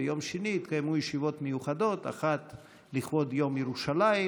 ביום שני יתקיימו ישיבות מיוחדות: אחת לכבוד יום ירושלים,